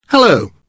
Hello